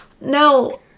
Now